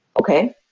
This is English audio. okay